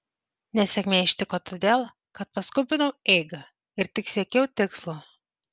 nesėkmė ištiko todėl kad paskubinau eigą ir tik siekiau tikslo